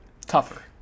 Tougher